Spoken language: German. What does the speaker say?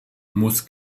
muss